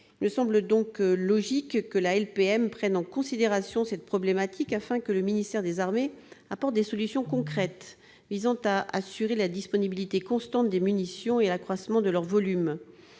Il me semblerait donc logique que la LPM prenne en considération cette problématique, afin que le ministère des armées apporte des solutions concrètes, visant à assurer la disponibilité constante des munitions et l'accroissement de leur volume.